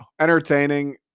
Entertaining